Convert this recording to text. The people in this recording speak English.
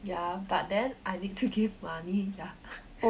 ya but then I need to give money ya